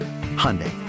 Hyundai